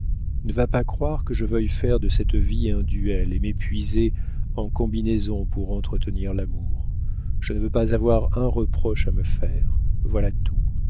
ne va pas croire que je veuille faire de cette vie un duel et m'épuiser en combinaisons pour entretenir l'amour je ne veux pas avoir un reproche à me faire voilà tout